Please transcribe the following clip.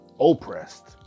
oppressed